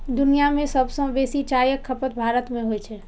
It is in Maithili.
दुनिया मे सबसं बेसी चायक खपत भारत मे होइ छै